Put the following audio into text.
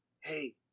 hey